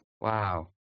Wow